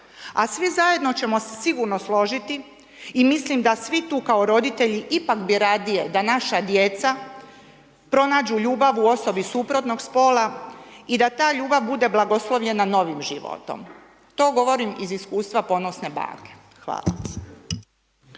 A svi zajedno ćemo se sigurno složiti i mislim da svi tu kao roditelji ipak bi radije da naša djeca pronađu ljubav u osobi suprotnog spola i da ta ljubav bude blagoslovljena novim životom. To govorim iz iskustva ponosne bake. Hvala.